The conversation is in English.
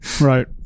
Right